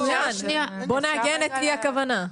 בוא נעגן את אי הכוונה.